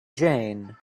jane